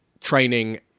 training